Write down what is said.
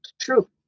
True